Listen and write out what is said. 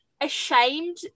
ashamed